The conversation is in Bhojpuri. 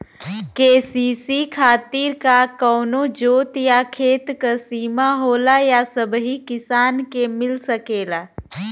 के.सी.सी खातिर का कवनो जोत या खेत क सिमा होला या सबही किसान के मिल सकेला?